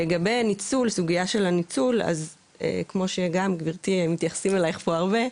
לגבי הסוגייה של הניצול אז כמו שגם גברתי מתייחסים אליך פה הרבה,